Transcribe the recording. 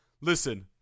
Listen